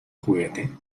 juguete